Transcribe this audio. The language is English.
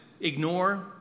Ignore